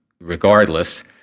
regardless